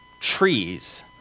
trees